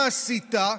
מה עשית.